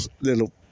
little